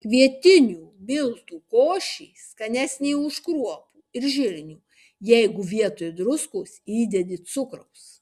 kvietinių miltų košė skanesnė už kruopų ir žirnių jeigu vietoj druskos įdedi cukraus